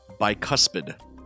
Bicuspid